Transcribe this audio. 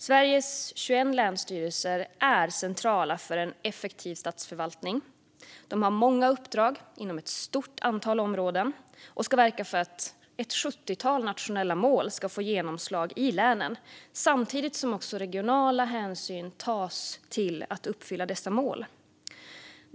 Sveriges 21 länsstyrelser är centrala för en effektiv statsförvaltning. De har många uppdrag inom ett stort antal områden och ska verka för att ett sjuttiotal nationella mål ska få genomslag i länen samtidigt som regionala hänsyn tas när det gäller att uppfylla dessa mål.